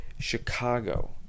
Chicago